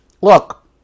look